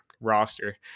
roster